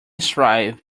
strive